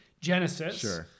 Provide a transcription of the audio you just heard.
Genesis